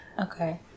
Okay